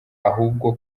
ahubwo